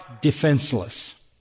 defenseless